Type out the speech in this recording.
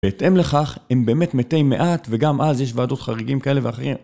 בהתאם לכך הם באמת מתי מעט וגם אז יש ועדות חריגים כאלה ואחרים.